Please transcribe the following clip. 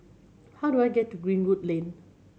how do I get to Greenwood Lane